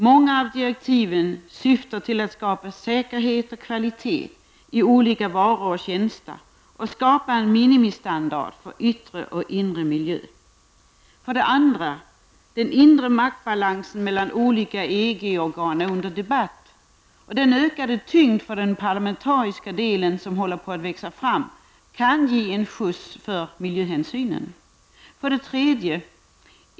Många av direktiven syftar till att skapa säkerhet och kvalitet i olika varor och tjänster samt skapa en ministandard för yttre och inre miljö. 2. Den inre maktbalansen mellan olika EG-organ är under debatt. Den ökade tyngd för den parlamentariska delen av EGs beslutsfunktion som håller på att växa fram kan ge en skjuts framåt för miljöhänsynen. 3.